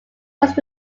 most